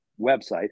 website